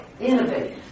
innovate